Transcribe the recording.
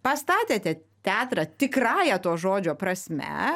pastatėte teatrą tikrąja to žodžio prasme